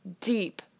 deep